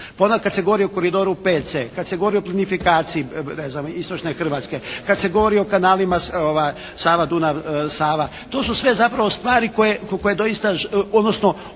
onda kad se govori o koridoru 5C, kad se govori o plinifikaciji ne znam istočne Hrvatske, kad se govori o kanalima Sava – Dunav – Sava. To su sve zapravo stvari koje doista, odnosno